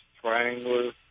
triangular